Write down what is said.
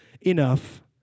enough